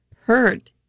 hurt